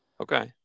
Okay